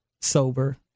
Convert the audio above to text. sober